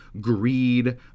greed